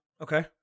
Okay